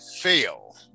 fail